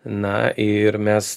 na ir mes